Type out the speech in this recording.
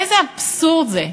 איזה אבסורד זה,